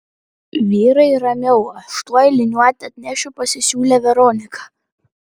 vyrai ramiau aš tuoj liniuotę atnešiu pasisiūlė veronika